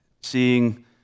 seeing